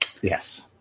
Yes